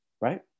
right